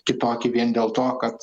kitokį vien dėl to kad